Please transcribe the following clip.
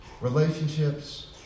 relationships